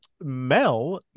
Mel